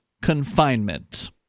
confinement